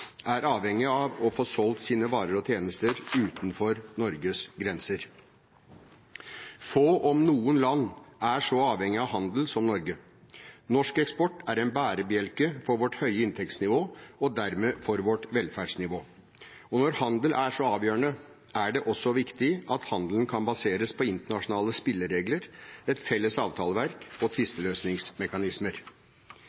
er avhengig av å få solgt sine varer og tjenester utenfor Norges grenser. Få land, om noen, er så avhengig av handel som Norge. Norsk eksport er en bærebjelke for vårt høye inntektsnivå, og dermed for vårt velferdsnivå. Og når handel er så avgjørende, er det også viktig at handelen kan baseres på internasjonale spilleregler, et felles avtaleverk og